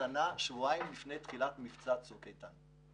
השתנה שבועיים לפני תחילת מבצע צוק איתן.